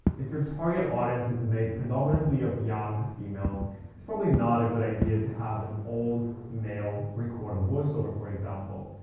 if your target audience is made predominantly of young females it's probably not a good idea to have an old male recorded voiceover, for example